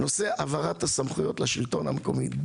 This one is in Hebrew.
נושא העברת הסמכויות לשלטון המקומי.